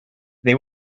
they